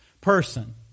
person